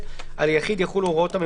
יחולו על היחיד הוראות אלה: